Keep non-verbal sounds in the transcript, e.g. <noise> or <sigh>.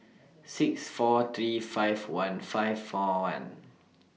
six four three five one five four one <noise>